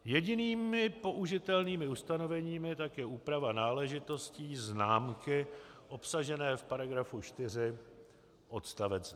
Jedinými použitelnými ustanoveními tak je úprava náležitostí známky obsažené v § 4 odst.